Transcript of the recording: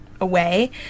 away